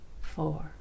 four